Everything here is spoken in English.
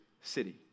city